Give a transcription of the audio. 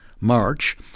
March